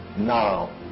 Now